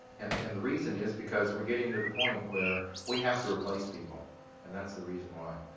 and and the reason is because we're getting to the point where we have to replace people and that's the reason why.